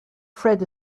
fred